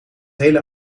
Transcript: hele